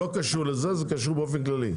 אז זה לא קשור לזה, זה קשור באופן כללי?